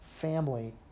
family